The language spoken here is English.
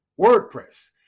WordPress